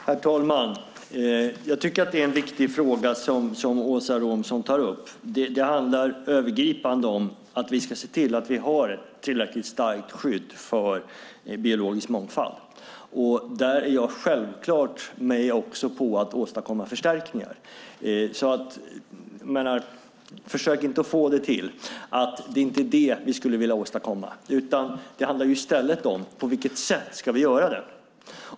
Herr talman! Jag tycker att det är en viktig fråga Åsa Romson tar upp. Det handlar övergripande om att se till att vi har tillräckligt starkt skydd för biologisk mångfald. Där är jag självklart med på att åstadkomma förstärkningar - försök inte få det till att vi inte skulle vilja åstadkomma det - men det handlar om på vilket sätt vi ska göra dem.